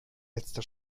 letzte